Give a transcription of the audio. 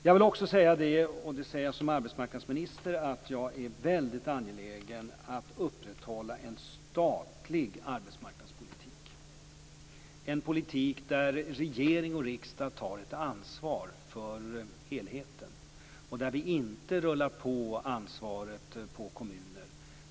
Jag vill också säga - det säger jag som arbetsmarknadsminister - att jag är väldigt angelägen att upprätthålla en statlig arbetsmarknadspolitik, en politik där regering och riksdag tar ett ansvar för helheten och där vi inte rullar på kommunerna ansvaret.